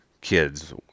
kids